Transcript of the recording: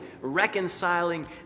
reconciling